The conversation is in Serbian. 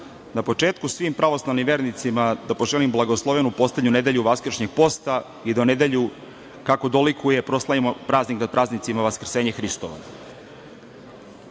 na početku svim pravoslavnim vernicima da poželim blagoslovenu poslednju nedelju vaskršnjeg posta i da u nedelju, kako dolikuje, proslavimo praznik nad praznicima, Vaskrsenje Hristovo. Na